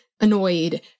annoyed